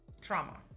trauma